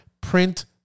print